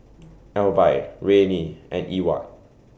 Alby Rayne and Ewart